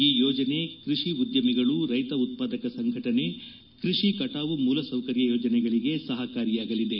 ಈ ಯೋಜನೆ ಕೃಷಿ ಉದ್ಯಮಿಗಳು ರೈತ ಉತ್ಪಾದಕ ಸಂಘಟನೆ ಕೃಷಿ ಕಟಾವು ಮೂಲಸೌಕರ್ಯ ಯೋಜನೆಗಳಿಗೆ ಸಹಕಾರಿಯಾಗಲಿದೆ